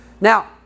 Now